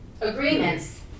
agreements